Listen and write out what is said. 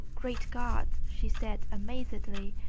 great god! she said amazedly.